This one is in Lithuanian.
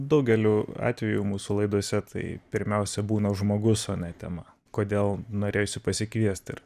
daugeliu atvejų mūsų laidose tai pirmiausia būna žmogus o ne tema kodėl norėjosi pasikviest ir